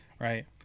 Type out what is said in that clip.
Right